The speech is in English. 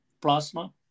plasma